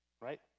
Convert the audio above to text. right